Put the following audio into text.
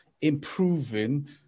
improving